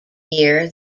year